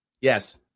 Yes